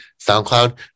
SoundCloud